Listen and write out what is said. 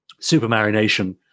Supermarination